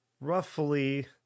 roughly